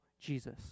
Jesus